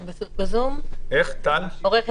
בבקשה.